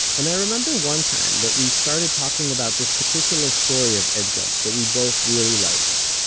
and i remember one time that we started talking about this particular story of etgar's that we both really liked.